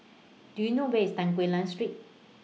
Do YOU know Where IS Tan Quee Lan Street